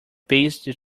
based